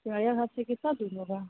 सिमरिया घाट से कितना दूर होगा